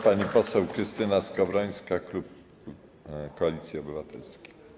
Pani poseł Krystyna Skowrońska, klub Koalicji Obywatelskiej.